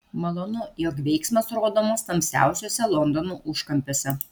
malonu jog veiksmas rodomas tamsiausiuose londono užkampiuose